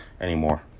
anymore